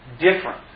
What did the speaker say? different